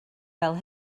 fel